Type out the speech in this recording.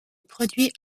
produit